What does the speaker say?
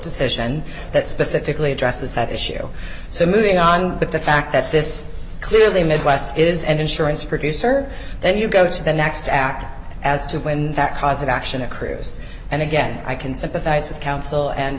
decision that specifically addresses that issue so moving on but the fact that this clearly midwest is an insurance producer then you go to the next act as to when that cause of action accrues and again i can sympathize with counsel and